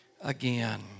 again